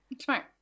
Smart